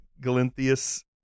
Galinthius